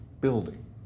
building